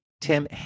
Tim